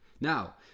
Now